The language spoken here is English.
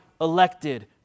elected